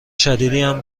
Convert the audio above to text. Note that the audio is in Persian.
شدیدیم